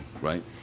right